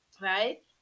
Right